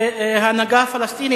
זו גם עמדת ההנהגה הפלסטינית.